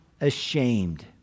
ashamed